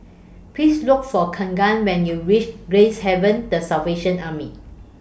Please Look For Kegan when YOU REACH Gracehaven The Salvation Army